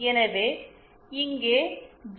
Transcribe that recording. எனவே இங்கே ஜி